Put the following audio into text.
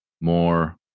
more